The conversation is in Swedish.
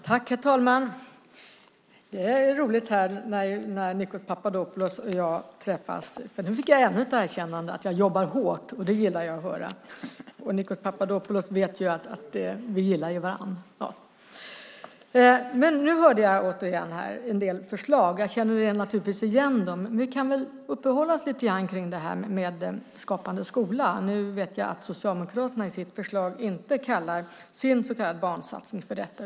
Herr talman! Det är roligt när Nikos Papadopoulos och jag träffas. Nu fick jag ännu ett erkännande av att jag jobbar hårt. Det gillar jag att höra. Nikos Papadopoulos vet att vi gillar varandra. Jag hörde återigen en del förslag. Jag känner naturligtvis igen dem. Vi kan väl uppehålla oss lite grann vid Skapande skola. Jag vet att Socialdemokraterna i sitt förslag inte kallar sin barnsatsning för detta.